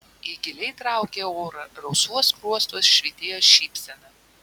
ji giliai traukė orą rausvuos skruostuos švytėjo šypsena